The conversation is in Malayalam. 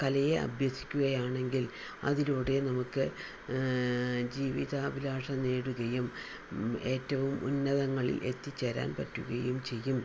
കലയെ അഭ്യസിക്കുകയാണെങ്കിൽ അതിലൂടെ നമുക്ക് ജീവിതാഭിലാഷം നേടുകയും ഏറ്റവും ഉന്നതങ്ങളിൽ എത്തിച്ചേരാൻ പറ്റുകയും ചെയ്യും